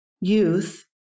youth